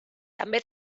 també